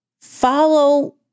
Follow